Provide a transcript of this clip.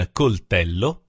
coltello